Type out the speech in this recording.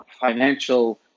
financial